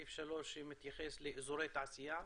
סעיף 3, שמתייחס לאזורי תעשייה,